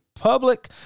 Public